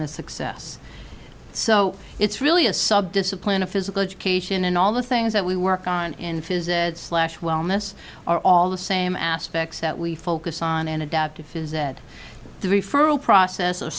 the success so it's really a subdiscipline of physical education and all the things that we work on in physics wellness are all the same aspects that we focus on and adaptive fiz that the referral process